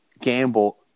Gamble